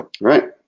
right